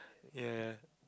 ya